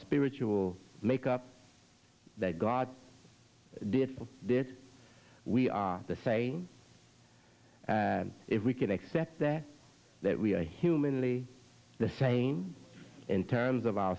spiritual makeup that god did this we are the same if we can accept that that we are humanly the same in terms of our